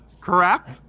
Correct